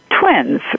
twins